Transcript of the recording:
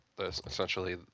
essentially